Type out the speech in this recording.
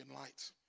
lights